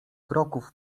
kroków